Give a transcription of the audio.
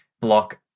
block